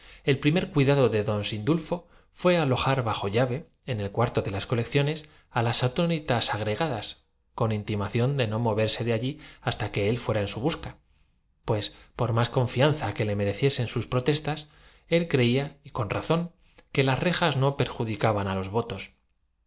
el primer cuidado de don sindulfo fué alojar bajo llave piso principal abierta ésta caían las escorias sobre la en el cuarto de las colecciones á las atónitas agrega cala y repetida allí la operación un bostezo de la gui das con intimación de no moverse de allí hasta que él llotina las arrojaba fuera de modo que bastaba empe fuera en su busca pues por más confianza que le me zar en lunes el barrido para en un segundo encontrar reciesen sus protestas él creía y con razón que las se con el sábado hecho rejas no perjudicaban á los votos en